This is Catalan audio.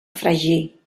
fregir